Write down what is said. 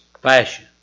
fashion